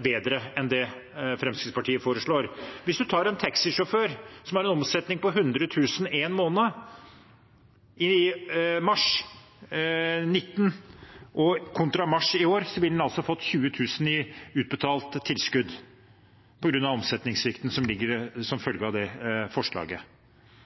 bedre enn det Fremskrittspartiet foreslår. For eksempel ville en taxisjåfør som hadde en omsetning på 100 000 kr i mars 2019 kontra mars i år, som følge av det forslaget fått utbetalt 20 000 kr i tilskudd på grunn av omsetningssvikten.